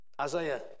Isaiah